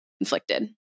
inflicted